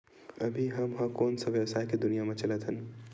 अभी हम ह कोन सा व्यवसाय के दुनिया म चलत हन?